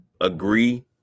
agree